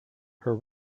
her